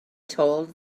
told